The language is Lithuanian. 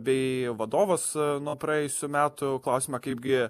bei vadovas nuo praėjusių metų klausimą kaipgi